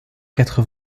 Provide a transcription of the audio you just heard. quatre